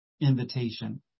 invitation